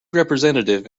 representative